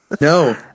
No